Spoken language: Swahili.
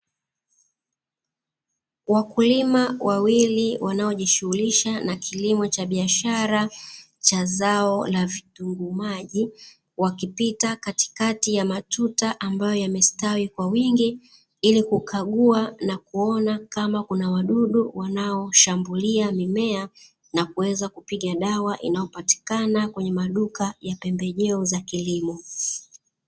Wakulima wawili wanaojishughulisha na kilimo cha biashara cha zao la vitunguu maji, wakipita katikati ya matuta ambayo yamestawi kwa wingi ili kukagua na kuona kama kuna wadudu wanaoshambulia mimea, na kuweza kupiga dawa inayopatikana kwenye maduka ya pembejeo za kilimo.